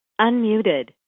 unmuted